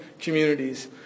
communities